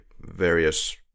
various